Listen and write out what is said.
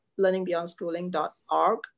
learningbeyondschooling.org